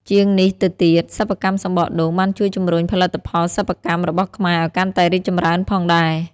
ជាងនេះទៅទៀត សិប្បកម្មសំបកដូងបានជួយជំរុញផលិតផលសិប្បកម្មរបស់ខ្មែរឲ្យកាន់តែរីកចម្រើនផងដែរ។